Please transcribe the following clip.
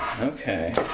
Okay